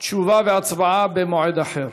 תשובה והצבעה במועד אחר.